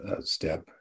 step